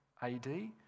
AD